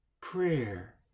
prayer